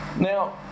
Now